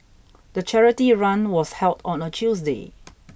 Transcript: the charity run was held on a Tuesday